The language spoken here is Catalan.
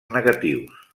negatius